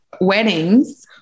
weddings